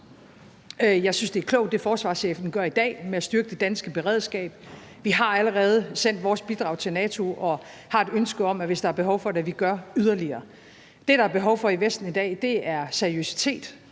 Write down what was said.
Jeg synes, at det, forsvarschefen gør i dag, med at styrke det danske beredskab er klogt. Vi har allerede sendt vores bidrag til NATO og har et ønske om, at vi, hvis der er behov for det, bidrager yderligere. Det, der er behov for i Vesten i dag, er seriøsitet,